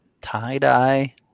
Tie-dye